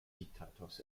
diktators